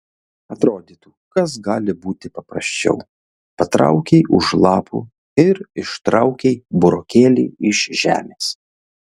atrodytų kas gali būti paprasčiau patraukei už lapų ir ištraukei burokėlį iš žemės